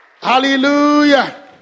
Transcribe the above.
Hallelujah